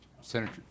Senator